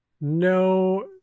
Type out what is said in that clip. No